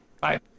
bye